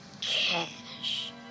Cash